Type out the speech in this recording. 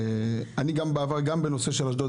אני גם בעבר גם בנושא של אשדוד,